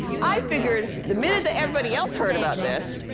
i figured the minute that everybody else heard about this,